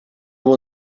will